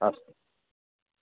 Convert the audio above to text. अस्तु